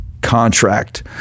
contract